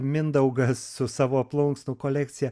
mindaugas su savo plunksnų kolekcija